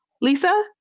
Lisa